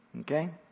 okay